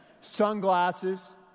Sunglasses